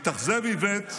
התאכזב איווט.